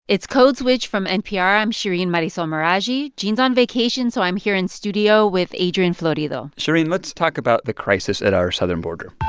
it's code switch from npr. i'm shereen marisol meraji. gene's on vacation, so i'm here in studio with adrian florido shereen, let's talk about the crisis at our southern border